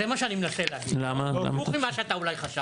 זה מה שאני מנסה להגיד, הפוך ממה שאתה אולי חשבת.